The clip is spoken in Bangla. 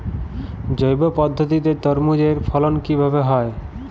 জৈব পদ্ধতিতে তরমুজের ফলন কিভাবে হয়?